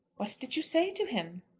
what did you say to him?